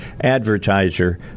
advertiser